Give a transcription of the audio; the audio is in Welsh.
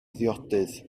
ddiodydd